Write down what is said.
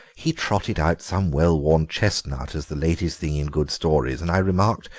he trotted out some well-worn chestnut as the latest thing in good stories, and i remarked,